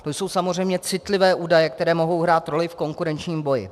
To jsou samozřejmě citlivé údaje, které mohou hrát roli v konkurenčním boji.